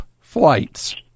Flights